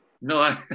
No